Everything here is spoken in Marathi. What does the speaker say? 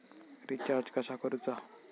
रिचार्ज कसा करूचा?